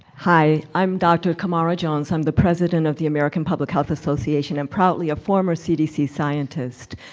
hi, i'm dr. camara jones. i'm the president of the american public health association and proudly a former cdc scientist.